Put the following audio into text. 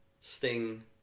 Sting